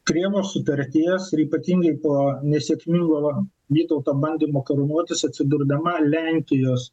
krėvos sutarties ir ypatingai po nesėkmingo vytauto bandymo karūnuotis atsidurdama lenkijos